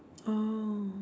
oh